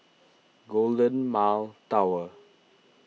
Golden Mile Tower